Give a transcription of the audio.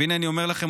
והינה אני אומר לכם,